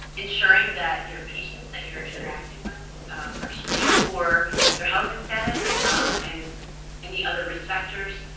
ensuring that your patients that you're interacting with are screened for their housing status and any other risk factors,